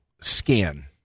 scan